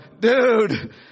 dude